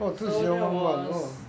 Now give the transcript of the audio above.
so that was